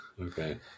Okay